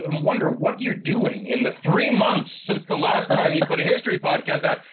um wonder what you're doing in the three months since the last time you put a history podcast out.